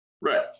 Right